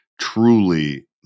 truly